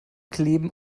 kleben